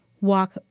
walk